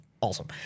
awesome